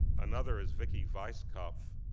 another is viki weisskopf,